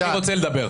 אני רוצה לדבר.